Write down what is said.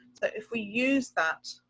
so if we use that.